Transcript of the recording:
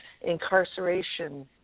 incarceration